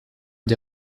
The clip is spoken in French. des